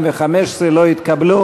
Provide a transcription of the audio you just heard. לסעיף 06 ל-2015 לא התקבלו.